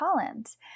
Collins